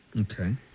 Okay